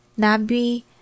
Nabi